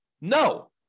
No